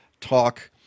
talk